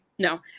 No